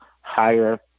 higher